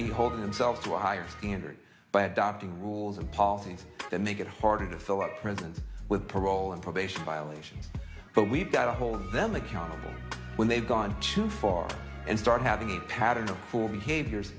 be holding themselves to a higher standard by adopting rules and policies that make it harder to fill up prisons with parole and probation violations but we've got to hold them accountable when they've gone too far and start having a pattern for behaviors